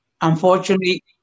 Unfortunately